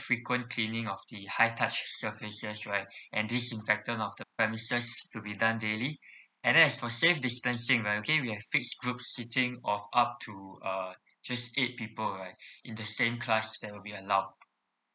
frequent cleaning of the high touching surfaces right and disinfectant of the premises to be done daily and then as for safe distancing right okay we have fix group sitting of up to uh just eight people right in the same class that will be allowed